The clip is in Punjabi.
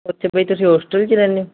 ਅੱਛਾ ਬਾਈ ਤੁਸੀਂ ਹੋਸਟਲ 'ਚ ਰਹਿੰਦੇ ਹੋ